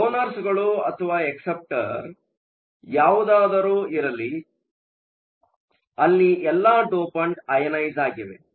ಡೊನರ್ಸಗಳು ಅಥವಾ ಅಕ್ಸೆಪ್ಟರ್Acceptor ಯಾವುದಾದರು ಇರಲಿ ಅಲ್ಲಿ ಎಲ್ಲಾ ಡೋಪಂಟ್ಗಳು ಅಯನೈಸ಼್ ಆಗಿವೆ